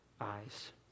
eyes